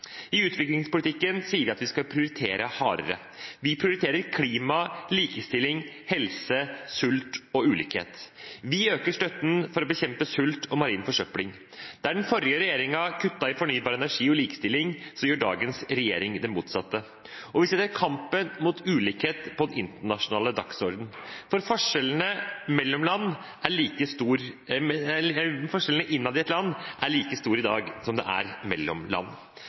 I utviklingspolitikken sier vi at vi skal prioritere hardere. Vi prioriterer klima, likestilling, helse, sult og ulikhet. Vi øker støtten for å bekjempe sult og marin forsøpling. Der den forrige regjeringen kuttet i fornybar energi og likestilling, gjør dagens regjering det motsatte. Og vi setter kampen mot ulikhet på den internasjonale dagsordenen – for forskjellene innad i et land er like store i dag som de er mellom land.